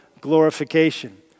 glorification